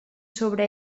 sobre